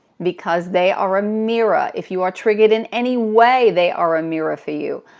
because they are a mirror. if you are triggered in any way, they are a mirror for you.